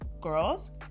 girls